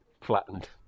Flattened